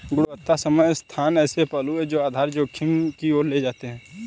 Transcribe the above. गुणवत्ता समय स्थान ऐसे पहलू हैं जो आधार जोखिम की ओर ले जाते हैं